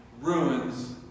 ruins